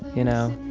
you know,